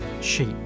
Sheep